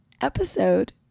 episode